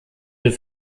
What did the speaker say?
wird